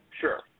Sure